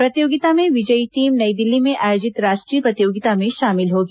प्रतियोगिता में विजयी टीम नई दिल्ली में आयोजित राष्ट्रीय प्रतियोगिता में शामिल होगी